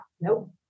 Nope